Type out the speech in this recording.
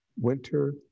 winter